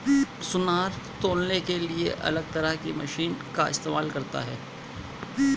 सुनार तौलने के लिए अलग तरह की मशीन का इस्तेमाल करता है